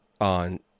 on